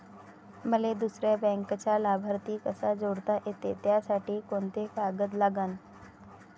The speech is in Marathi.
मले दुसऱ्या बँकेचा लाभार्थी कसा जोडता येते, त्यासाठी कोंते कागद लागन?